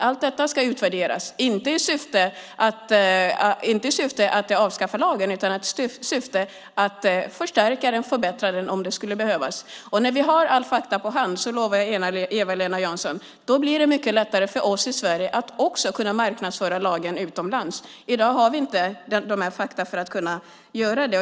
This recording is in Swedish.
Allt detta ska utvärderas - inte i syfte att avskaffa lagen utan i syfte att förstärka och förbättra den om det skulle behövas. När vi har alla fakta på hand, Eva-Lena Jansson, blir det mycket lättare för oss i Sverige att kunna marknadsföra lagen utomlands. I dag har vi inte tillräckliga fakta för att kunna göra det.